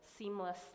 seamlessly